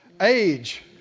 age